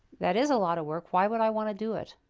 that is a lot of work. why would i want to do it?